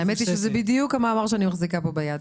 והאמת היא שזה בדיוק המאמר שאני מחזיקה פה ביד.